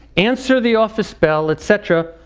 answer the office bell, et cetera,